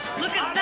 look at that